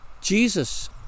Jesus